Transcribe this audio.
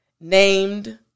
named